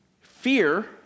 fear